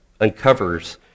uncovers